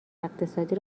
اقتصادی